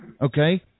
okay